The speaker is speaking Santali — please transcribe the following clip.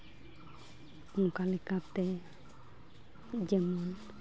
ᱚᱱᱠᱟ ᱞᱮᱠᱟᱛᱮ ᱡᱮᱢᱚᱱ